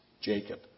Jacob